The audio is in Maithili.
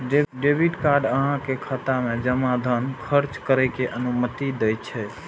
डेबिट कार्ड अहांक खाता मे जमा धन खर्च करै के अनुमति दै छै